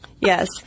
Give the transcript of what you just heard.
yes